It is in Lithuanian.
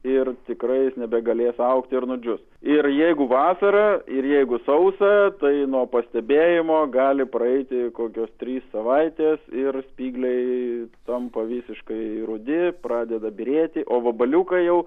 ir tikrai jis nebegalės augt ir nudžius ir jeigu vasara ir jeigu sausa tai nuo pastebėjimo gali praeiti kokios trys savaitės ir spygliai tampa visiškai rudi pradeda byrėti o vabaliukai jau